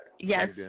Yes